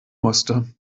musste